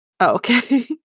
okay